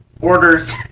orders